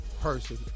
person